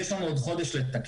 יש לנו עוד חודש לתקן.